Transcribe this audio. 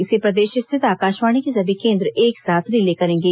इसे प्रदेश स्थित आकाशवाणी के सभी केंद्र एक साथ रिले करेंगे